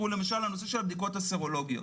למשל הנושא של הבדיקות הסרולוגיות.